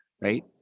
right